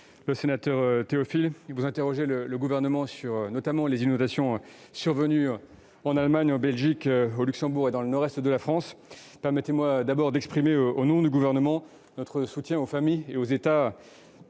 le sénateur Théophile, vous interrogez le Gouvernement sur les inondations survenues en Allemagne, en Belgique, au Luxembourg et dans le nord-est de la France. Permettez-moi avant tout d'exprimer au nom du Gouvernement notre soutien aux familles et aux États terriblement